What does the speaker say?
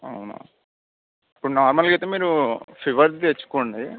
అవునా ఇప్పుడు నార్మల్గా అయితే మీరు ఫీవర్కి తెచ్చుకోండి